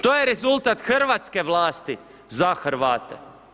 To je rezultat Hrvatske vlasti za Hrvate.